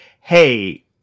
hey